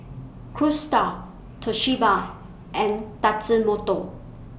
Cruise STAR Toshiba and Tatsumoto